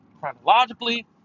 chronologically